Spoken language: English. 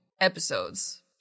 episodes